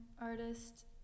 artist